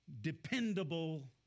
dependable